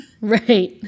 right